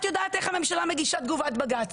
את יודעת איך הממשלה מגישה תגובת בג"ץ.